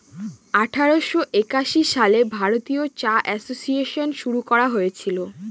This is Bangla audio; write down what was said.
আঠারোশো একাশি সালে ভারতীয় চা এসোসিয়েসন শুরু করা হয়েছিল